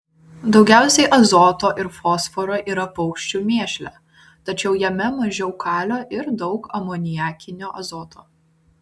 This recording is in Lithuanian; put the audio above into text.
daugiausiai azoto ir fosforo yra paukščių mėšle tačiau jame mažiau kalio ir daug amoniakinio azoto